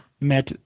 met